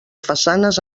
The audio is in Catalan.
façanes